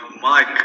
Mike